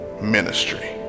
ministry